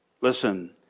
Listen